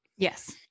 Yes